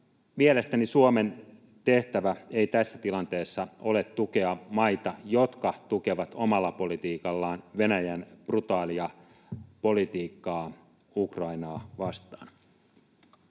mielestäni Suomen tehtävä ei tässä tilanteessa ole tukea maita, jotka tukevat omalla politiikallaan Venäjän brutaalia politiikkaa Ukrainaa vastaan.